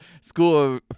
school